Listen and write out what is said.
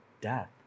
death